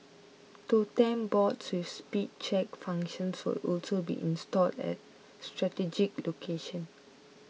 totem boards with speed check functions will also be installed at strategic location